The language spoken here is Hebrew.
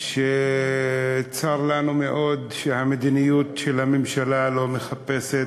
וצר לנו מאוד שהמדיניות של הממשלה לא מחפשת